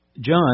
John